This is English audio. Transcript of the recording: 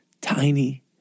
tiny